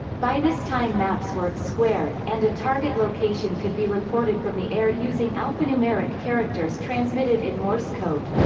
by this time maps were squared and a target location could be reported from the air using alphanumeric characters transmitted in morse code.